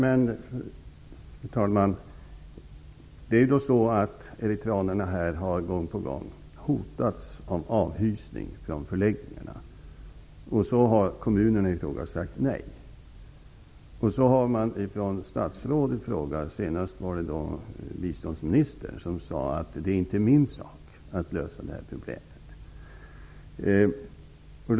Fru talman! Eritreanerna i Sverige har gång på gång hotats av avhysning från förläggningarna, och kommunerna i fråga har sagt nej till att ta emot dem. Sedan har statsråd, senast biståndsministern, sagt att det inte är deras sak att lösa problemet.